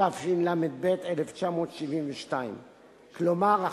התשל"ב 1972. כלומר,